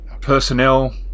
personnel